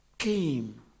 came